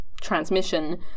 transmission